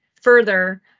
further